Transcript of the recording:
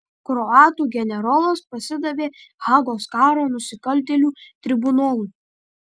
kroatų generolas pasidavė hagos karo nusikaltėlių tribunolui